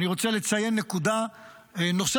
אני רוצה לציין נקודה נוספת,